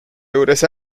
juures